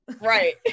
Right